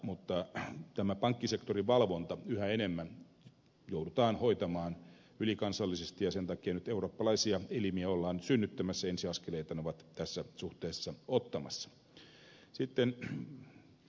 mutta tämä pankkisektorin valvonta yhä enemmän joudutaan hoitamaan ylikansallisesti ja sen takia nyt eurooppalaisia elimiä ollaan synnyttämässä ja ensiaskeleita ne ovat tässä suhteessa ottamassa